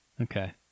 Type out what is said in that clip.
Okay